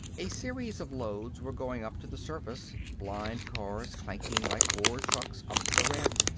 a series of loads were going up to the surface, blind cars clanking like ore-trucks up the ramp,